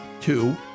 Two